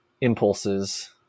impulses